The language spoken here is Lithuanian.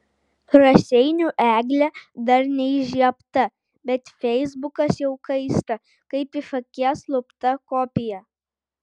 raseinių eglė dar neįžiebta bet feisbukas jau kaista kaip iš akies lupta kopija